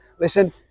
listen